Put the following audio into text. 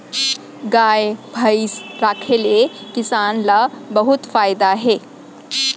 गाय भईंस राखे ले किसान ल बहुत फायदा हे